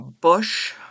Bush